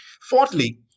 Fourthly